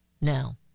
Now